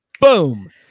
Boom